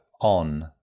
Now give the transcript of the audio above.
on